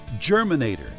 Germinator